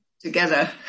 together